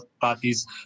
parties